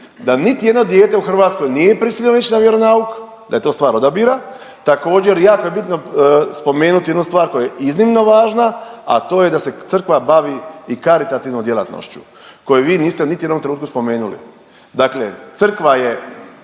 da niti jedno dijete u Hrvatskoj nije prisiljeno ići na vjeronauk, da je to stvar odabira. Također jako je bitno spomenuti jednu stvar koja je iznimno važna, a to je da se crkva bavi i karitativnom djelatnošću koju vi niste niti u jednom trenutku spomenuli. Dakle crkva je